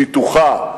פיתוחה.